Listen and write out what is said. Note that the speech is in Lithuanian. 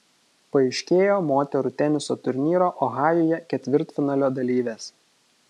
paaiškėjo moterų teniso turnyro ohajuje ketvirtfinalio dalyvės